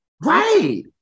Right